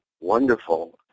wonderful